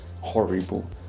horrible